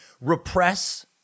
repress